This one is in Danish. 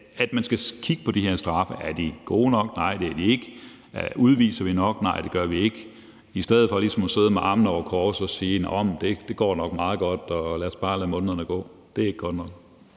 at man skal kigge på de her straffe: Er de gode nok? Nej, det er de ikke. Udviser vi nok? Nej, det gør vi ikke. Det skal man kigge på i stedet for ligesom at sidde med armene over kors og sige: Det går nok meget godt; lad os bare lade månederne gå. Det er ikke godt nok.